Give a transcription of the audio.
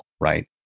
right